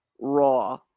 Raw